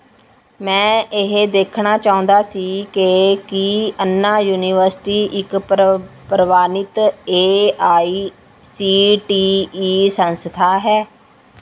ਮੈਂ ਇਹ ਦੇਖਣਾ ਚਾਹੁੰਦਾ ਸੀ ਕਿ ਕੀ ਅੰਨਾ ਯੂਨੀਵਰਸਿਟੀ ਇੱਕ ਪਰਵ ਪ੍ਰਵਾਨਿਤ A I C T E ਸੰਸਥਾ ਹੈ